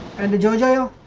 and the intel